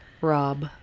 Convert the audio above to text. Rob